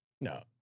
No